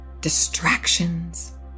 distractions